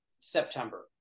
September